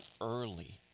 early